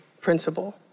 principle